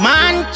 Man